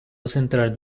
central